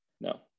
no